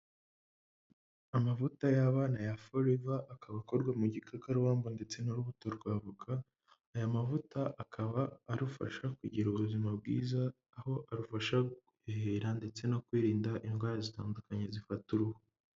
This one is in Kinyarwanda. Amavuta y'abana ya foreva akaba akorwa mu gikakaruwamba ndetse n'urubuto rwa avoka, aya mavuta akaba arufasha kugira ubuzima bwiza aho arufasha guhehera ndetse no kwirinda indwara zitandukanye zifata uruhu.